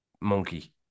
monkey